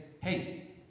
hey